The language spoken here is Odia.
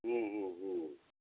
ହୁଁ ହୁଁ ହୁଁ